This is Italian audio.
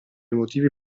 motivi